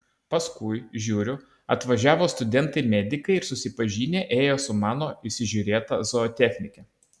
paskui žiūriu atvažiavo studentai medikai ir susipažinę ėjo su mano įsižiūrėta zootechnike